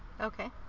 Okay